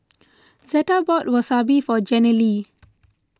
Zetta bought Wasabi for Jenilee